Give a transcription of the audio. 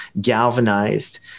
galvanized